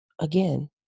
Again